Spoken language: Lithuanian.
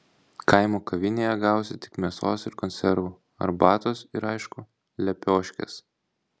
kaimo kavinėje gausi tik mėsos ir konservų arbatos ir aišku lepioškės